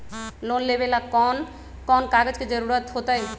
Loan लेवेला कौन कौन कागज के जरूरत होतई?